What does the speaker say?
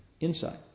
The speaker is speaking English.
inside